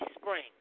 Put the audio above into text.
spring